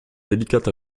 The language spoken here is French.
délicate